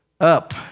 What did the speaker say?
up